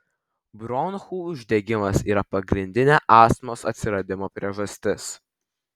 bronchų uždegimas yra pagrindinė astmos atsiradimo priežastis